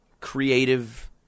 creative